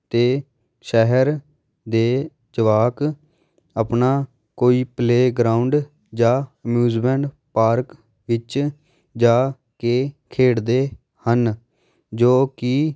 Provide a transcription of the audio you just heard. ਅਤੇ ਸ਼ਹਿਰ ਦੇ ਜਵਾਕ ਆਪਣਾ ਕੋਈ ਪਲੇਅਗਰਾਉਂਡ ਜਾਂ ਮਿਊਜਮੈਂਟ ਪਾਰਕ ਵਿੱਚ ਜਾ ਕੇ ਖੇਡਦੇ ਹਨ ਜੋ ਕਿ